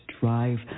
drive